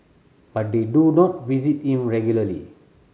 but they do not visit him regularly